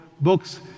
books